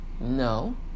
No